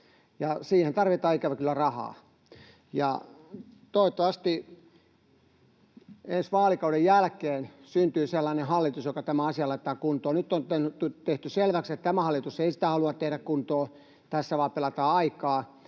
Siihen tarvitaan, ikävä kyllä, rahaa. Toivottavasti ensi vaalikauden jälkeen syntyy sellainen hallitus, joka tämän asian laittaa kuntoon. Nyt on tehty selväksi, että tämä hallitus ei sitä halua tehdä kuntoon, tässä vain pelataan aikaa.